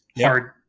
hard